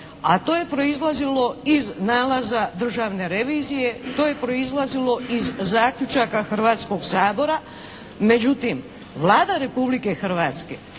a to je proizlazilo iz nalaza državne revizije, to je proizlazilo iz zaključaka Hrvatskog sabora. Međutim, Vlada Republike Hrvatske